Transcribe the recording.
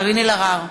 קארין אלהרר,